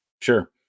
Sure